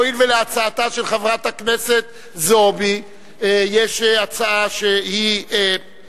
והואיל ולהצעתה של חברת הכנסת זועבי יש הצעה שמצורפת,